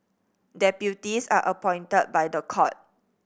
deputies are appointed by the court